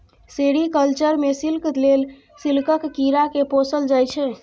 sericulture मे silk लेल सिल्कक कीरा केँ पोसल जाइ छै